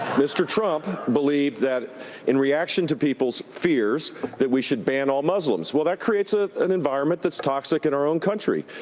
mr. trump believed that in reaction to people's fears that we should ban all muslims. well, that creates ah an environment that's toxic in our own country.